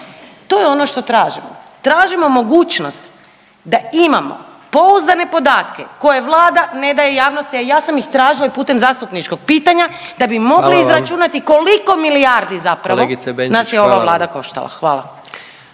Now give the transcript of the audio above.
To je ono što tražimo. Tražimo mogućnost da imamo pouzdane podatke koje Vlada ne daje javnosti, a ja sam ih tražila i putem zastupničkog pitanja da bi mogli …/Upadica predsjednik: Hvala